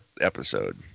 episode